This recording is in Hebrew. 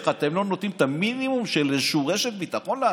איך אתם לא נותנים את המינימום של איזושהי רשת ביטחון לאנשים?